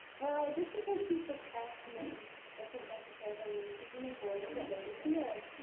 well, just because she procrastinates doesn't necessarily mean she's an avoider, but maybe she is,